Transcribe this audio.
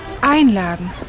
Einladen